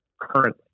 currently